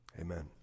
Amen